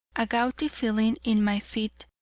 a gouty feeling in my feet,